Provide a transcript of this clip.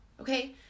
okay